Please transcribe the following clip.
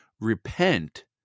repent